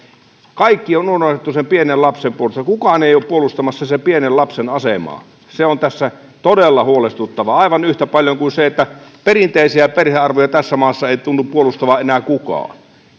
kaikki on unohdettu sen pienen lapsen puolelta kukaan ei ole puolustamassa sen pienen lapsen asemaa se on tässä todella huolestuttavaa aivan yhtä paljon kuin se että perinteisiä perhearvoja tässä maassa ei tunnu puolustavan enää kukaan